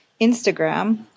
Instagram